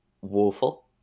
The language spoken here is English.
woeful